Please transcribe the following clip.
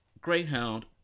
Greyhound